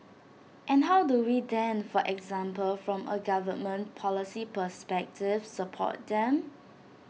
and how do we then for example from A government policy perspective support them